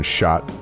shot